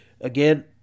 Again